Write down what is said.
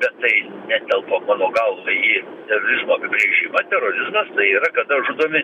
bet tai netelpa mano galva į terorizmo apibrėžimą terorizmas tai yra kada žudomi